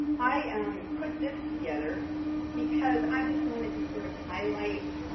i um put this together because i just wanted to sort of highlight,